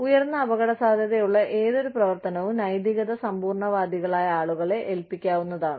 ഉയർന്ന അപകടസാധ്യതയുള്ള ഏതൊരു പ്രവർത്തനവും നൈതിക സമ്പൂർണ്ണവാദികളായ ആളുകളെ ഏൽപ്പിക്കാവുന്നതാണ്